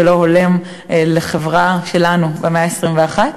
ולא הולם לחברה שלנו במאה ה-21,